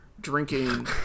drinking